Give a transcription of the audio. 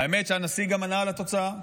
האמת שהנשיא גם ענה על התוצאה הצפויה,